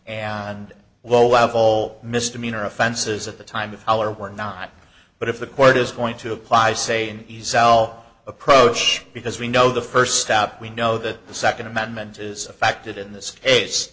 and low level misdemeanor offenses at the time of our we're not but if the court is going to apply say in the sal approach because we know the first step we know that the second amendment is affected in this case